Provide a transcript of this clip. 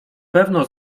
pewno